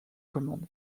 commande